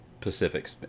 Pacific